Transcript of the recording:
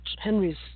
Henry's